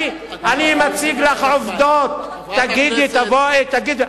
אני מציב לך עובדות, תבואי ותגידי.